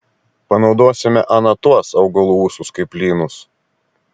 panaudosime ana tuos augalų ūsus kaip lynus